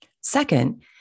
Second